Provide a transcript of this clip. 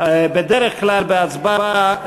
בדרך כלל בהצבעה,